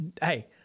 Hey –